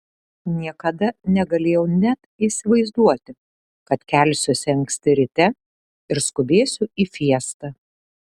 niekada negalėjau net įsivaizduoti kad kelsiuosi anksti ryte ir skubėsiu į fiestą